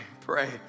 pray